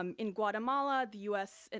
um in guatemala, the us, and